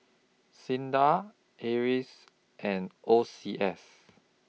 SINDA Acres and O C S